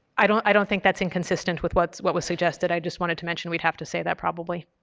i don't i don't think that's inconsistent with what what was suggested, i just wanted to mention we'd have to say that probably.